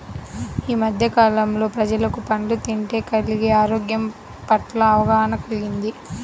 యీ మద్దె కాలంలో ప్రజలకు పండ్లు తింటే కలిగే ఆరోగ్యం పట్ల అవగాహన కల్గింది